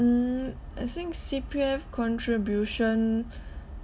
mm I think C_P_F contribution